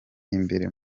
imbere